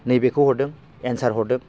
नैबेखौ हरदों एनसार हरदों